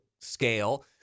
scale